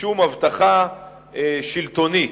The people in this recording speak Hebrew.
משום הבטחה שלטונית,